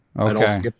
Okay